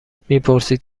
میپرسید